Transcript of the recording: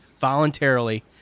voluntarily